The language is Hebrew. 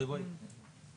יש לי רק